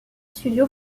studio